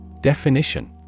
Definition